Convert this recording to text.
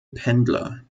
pendler